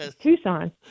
Tucson